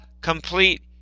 complete